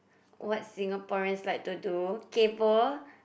what Singaporeans like to do kaypo